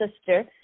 sister